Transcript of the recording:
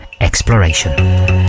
exploration